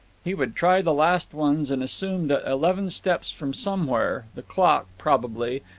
he would try the last ones and assume that eleven steps from somewhere, the clock, probably,